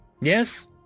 Yes